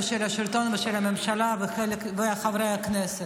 של השלטון ושל הממשלה וחברי הכנסת?